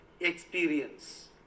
experience